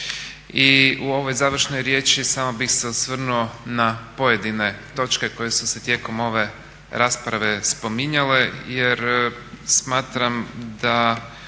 U ovoj završnoj riječi samo bih se osvrnuo na pojedine točke koje su se tijekom ove rasprave spominjale jer smatram da